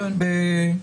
שגיא, תודה.